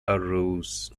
arose